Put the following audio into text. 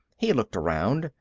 he looked around,